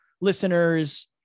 listeners